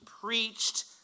preached